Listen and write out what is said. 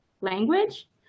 language